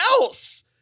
else